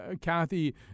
Kathy